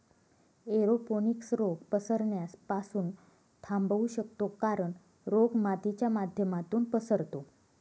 aeroponics रोग पसरण्यास पासून थांबवू शकतो कारण, रोग मातीच्या माध्यमातून पसरतो